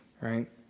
right